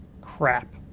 crap